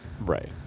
Right